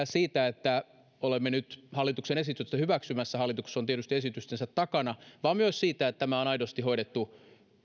siitä että olemme nyt hallituksen esitystä hyväksymässä hallitus on tietysti esitystensä takana vaan myös siitä että tämä on aidosti hoidettu